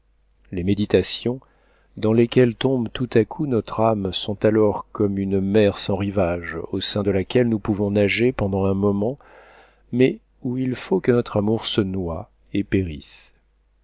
les méditations dans lesquelles tombe tout à coup notre âme sont alors comme une mer sans rivage au sein de laquelle nous pouvons nager pendant un moment mais où il faut que notre amour se noie et périsse